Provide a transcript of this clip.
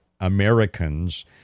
Americans